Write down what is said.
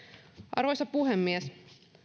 arvoisa puhemies